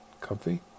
comfy